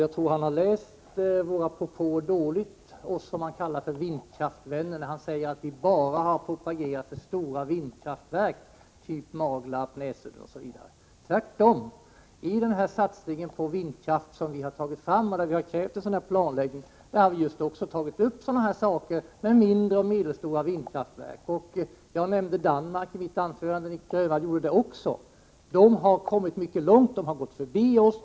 Jag tror att han har läst våra propåer dåligt, när han säger att vi är vindkraftsvänner som bara har propagerat för stora vindkraftverk av typen Maglarp, Näsudden osv. Tvärtom, i det förslag till satsning på vindkraft som vi har lagt fram, och i vilket vi kräver en sådan här planläggning, har vi även berört mindre och medelstora vindkraftverk. Jag nämnde i mitt huvudanförande, liksom även Nic Grönvall gjorde, att man i Danmark har kommit mycket långt, att man har gått förbi oss.